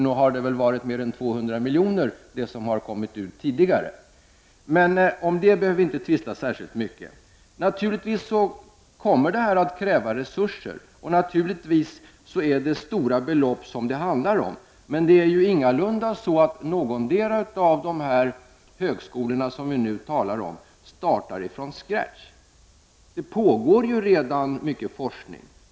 Nog har väl mer än 200 milj.kr. kommit ut tidigare? Men vi behöver inte tvista särskilt mycket om detta. Naturligtvis kommer detta att kräva resurser, och naturligtvis handlar det om stora belopp. Men ingen av de högskolor vi talar om startar från scratch. Det pågår redan mycket forskning.